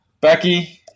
Becky